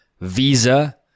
Visa